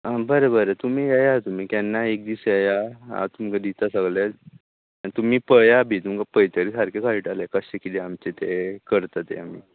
आं बरें बरें तुमी येयात केन्नाय एक दीस येया हांव तुमकां दिता सगळें आनी तुमी पया बी तुमकां पयतकीर सारकें कळटलें कशें कितें आमचें तें करता आमी